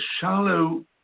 shallow